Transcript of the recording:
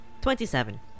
Twenty-seven